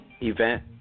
event